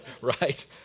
right